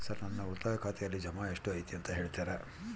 Sir ನನ್ನ ಉಳಿತಾಯ ಖಾತೆಯಲ್ಲಿ ಜಮಾ ಎಷ್ಟು ಐತಿ ಅಂತ ಹೇಳ್ತೇರಾ?